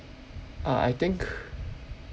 uh I think